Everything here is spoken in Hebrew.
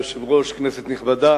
אדוני היושב-ראש, כנסת נכבדה,